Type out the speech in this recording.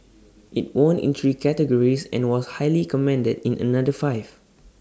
IT won in three categories and was highly commended in another five